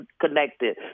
connected